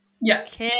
Yes